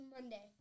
Monday